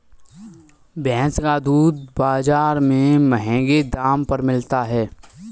भैंस का दूध बाजार में महँगे दाम पर मिलता है